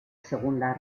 segunda